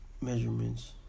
measurements